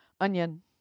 Onion